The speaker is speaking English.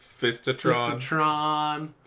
Fistatron